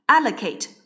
Allocate